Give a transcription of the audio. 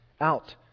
out